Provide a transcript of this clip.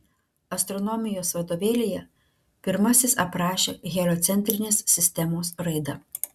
astronomijos vadovėlyje pirmasis aprašė heliocentrinės sistemos raidą